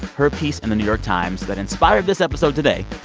her piece in the new york times that inspired this episode today,